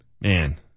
Man